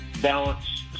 balance